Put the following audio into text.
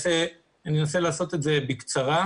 אני אנסה לעשות את זה בקצרה.